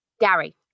Gary